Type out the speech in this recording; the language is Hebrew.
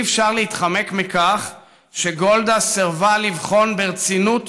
אי-אפשר להתחמק מכך שגולדה סירבה לבחון ברצינות